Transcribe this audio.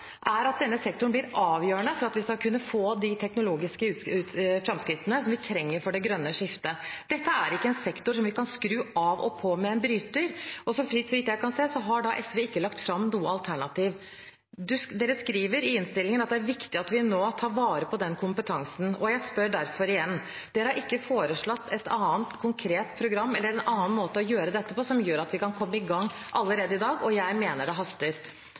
er at denne sektoren blir avgjørende for at vi skal kunne få de teknologiske framskrittene vi trenger for det grønne skiftet. Dette er ikke en sektor som vi kan skru av og på med en bryter, og så vidt jeg kan se, har SV ikke lagt fram noe alternativ. De skriver i innstillingen at det er viktig at vi nå tar vare på den kompetansen, og jeg spør derfor igjen: SV har ikke foreslått et annet, konkret, program eller en annen måte å gjøre dette på som gjør at vi kan komme i gang allerede i dag, og jeg mener det haster.